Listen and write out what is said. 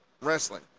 wrestling